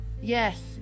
Yes